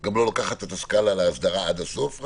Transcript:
גם לא לוקחת את הסקאלה להסדרה עד הסוף,